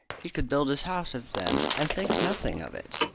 he could build his house of them and think nothing of it.